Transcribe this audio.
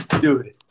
dude